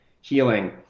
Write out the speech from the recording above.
healing